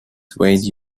swayed